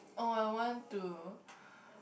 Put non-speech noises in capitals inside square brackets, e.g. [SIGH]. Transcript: oh I want to [BREATH]